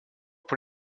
pour